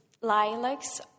lilacs